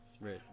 Right